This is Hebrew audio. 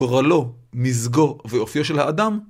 גורלו, מזגו, ואופיו של האדם